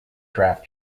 draft